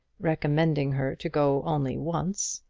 recommending her to go only once,